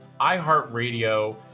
iHeartRadio